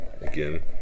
Again